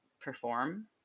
perform